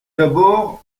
d’abord